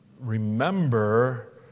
remember